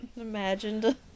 imagined